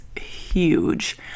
huge